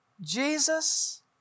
Jesus